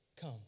Come